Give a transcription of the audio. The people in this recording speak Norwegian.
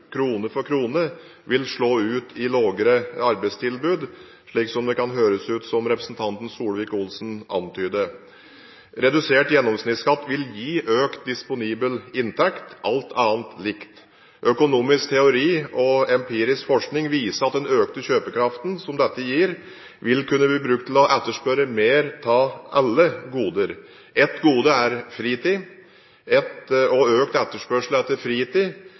krone for krone – vil slå ut i lavere arbeidstilbud, slik det kan høres ut som representanten Solvik-Olsen antyder. Redusert gjennomsnittsskatt vil gi økt disponibel inntekt, alt annet likt. Økonomisk teori og empirisk forskning viser at den økte kjøpekraften dette gir, vil kunne bli brukt til å etterspørre mer av alle goder. Ett gode er fritid, og økt etterspørsel etter fritid